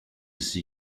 see